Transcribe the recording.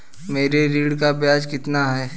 मेरे ऋण का ब्याज कितना है?